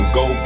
go